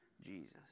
Jesus